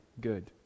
good